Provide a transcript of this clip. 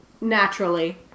naturally